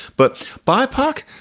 but bipac,